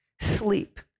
sleep